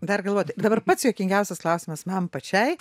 dar galvojat dabar pats juokingiausias klausimas man pačiai